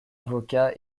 avocat